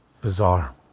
Bizarre